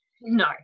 No